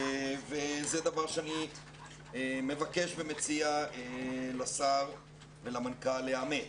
זה דבר שאני מבקש ומציע לשר ולמנכ"ל לאמץ.